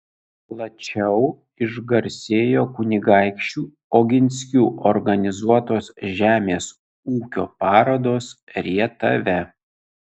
plačiau išgarsėjo kunigaikščių oginskių organizuotos žemės ūkio parodos rietave